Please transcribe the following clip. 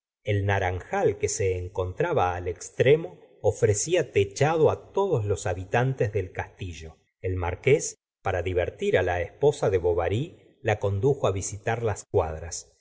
el naranjal que se encontraba al extremo ofrecía techado todos los habitantes del castillo el marqués para divertir la esposa de bovary la condujo visitar las cuadras